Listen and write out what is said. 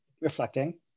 reflecting